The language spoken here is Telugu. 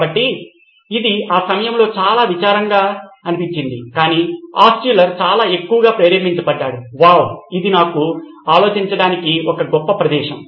కాబట్టి ఇది ఆ సమయంలో చాలా విచారంగా ఉంది కానీ ఆల్ట్షుల్లర్ చాలా ఎక్కువగా ప్రేరేపించబడ్డాడు వావ్ ఇది నాకు ఆలోచించటానికి ఒక గొప్ప ప్రదేశం